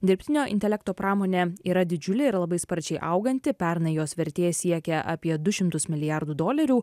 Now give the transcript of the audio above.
dirbtinio intelekto pramonė yra didžiulė ir labai sparčiai auganti pernai jos vertė siekia apie du šimtus milijardų dolerių